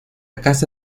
casa